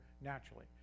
naturally